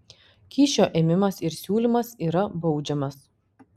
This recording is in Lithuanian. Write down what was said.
kyšio ėmimas ir siūlymas yra baudžiamas